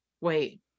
Wait